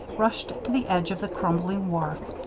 rushed to the edge of the crumbling wharf,